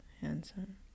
handsome